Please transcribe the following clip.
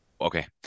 Okay